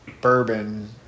bourbon